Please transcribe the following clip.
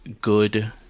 good